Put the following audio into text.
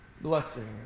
blessing